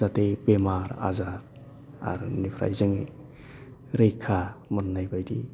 जाहाथे बेमार आजार आरो बिनिफ्राय जोङो रैखा मोननाय बायदि